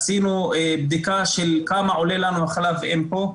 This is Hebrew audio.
עשינו בדיקה של כמה עולה לנו חלב אם פה,